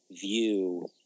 view